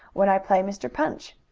when i play mr. punch.